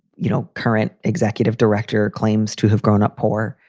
you know, current executive director claims to have grown up poor.